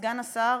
סגן השר,